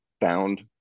found